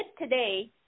today